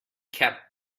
kept